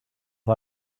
out